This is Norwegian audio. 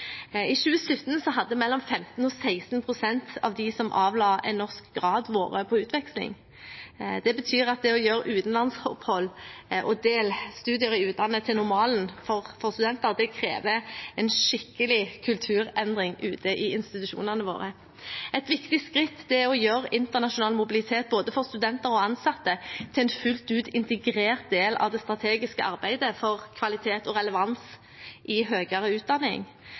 I 2017 hadde mellom 15 og 16 pst. av dem som avla en norsk grad, vært på utveksling. Det betyr at det å gjøre utenlandsopphold og delstudier i utlandet til normalen for studenter krever en skikkelig kulturendring ute i institusjonene våre. Et viktig skritt er å gjøre internasjonal mobilitet både for studenter og ansatte til en fullt ut integrert del av det strategiske arbeidet for kvalitet og relevans i høyere utdanning.